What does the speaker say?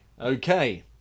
Okay